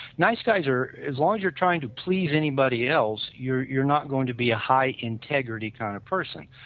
nice guys are, as long as you're trying to please anybody else you're you're not going to be a high integrity kind of person.